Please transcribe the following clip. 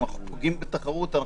אם אנחנו פוגעים בתחרות,